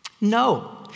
No